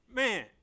man